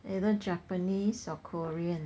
either japanese or korean